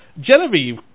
Genevieve